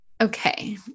okay